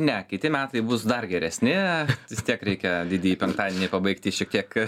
ne kiti metai bus dar geresni vis tiek reikia didįjį penktadienį pabaigti šiek tiek